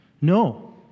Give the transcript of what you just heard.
No